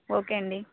okay అండి